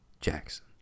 Jackson